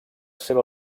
seva